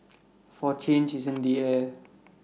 for change is in the air